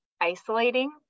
isolating